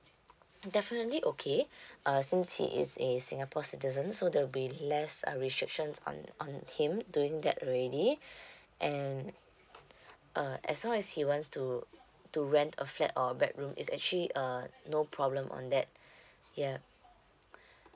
definitely okay uh since he is a singapore citizens so there'll be less uh restrictions on on him doing that already and uh as long as he wants to to rent a flat or bedroom is actually uh no problem on that yeah